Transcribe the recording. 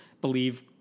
believe